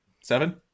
seven